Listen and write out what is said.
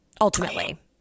ultimately